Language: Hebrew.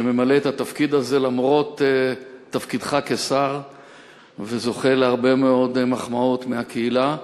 שממלא את התפקיד הזה למרות תפקידו כשר וזוכה להרבה מאוד מחמאות מהקהילה.